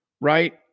right